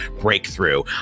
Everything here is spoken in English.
breakthrough